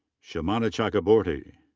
shramana chakraborty.